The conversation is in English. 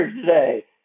today